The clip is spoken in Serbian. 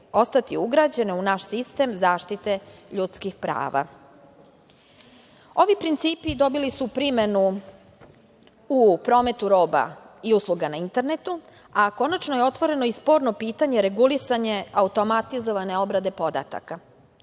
ostati ugrađene u naš sistem zaštite ljudskih prava. Ovi principi dobili su primenu u prometu roba i usluga na internetu a konačno je otvoreno i sporno pitanje regulisanja automatizovane obrade podataka.